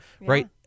right